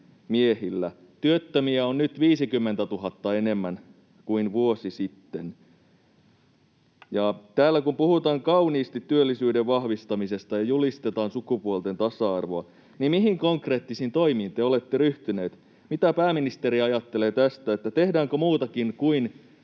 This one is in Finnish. Työttömiä on nyt 50 000 enemmän kuin vuosi sitten. Täällä kun puhutaan kauniisti työllisyyden vahvistamisesta ja julistetaan sukupuolten tasa-arvoa, niin mihin konkreettisiin toimiin te olette ryhtyneet? Mitä pääministeri ajattelee tästä, tehdäänkö muutakin kuin